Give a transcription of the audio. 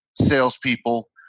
salespeople